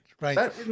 right